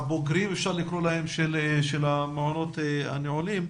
הבוגרים, אפשר לקרוא להם, של המעונות הנעולים.